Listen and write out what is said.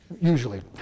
Usually